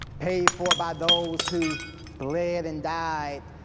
paid for by those who bled and died,